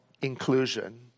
inclusion